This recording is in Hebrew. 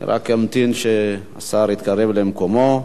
אני רק אמתין שהשר יתקרב למקומו.